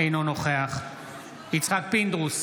אינו נוכח יצחק פינדרוס,